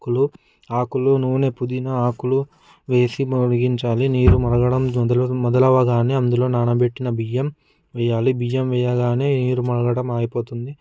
ఆకులు ఆకులు నూనె పుదీనా ఆకులు వేసి మరిగించాలి నీరు మరగడం మొదల మొదలవ్వగానే అందులో నానబెట్టిన బియ్యం వేయ్యాలి బియ్యం వేయ్యగానే నీళ్లు మరగడం ఆగిపోతుంది